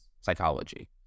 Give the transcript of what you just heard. psychology